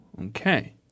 Okay